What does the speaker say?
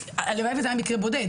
הלוואי וזה היה מקרה בודד,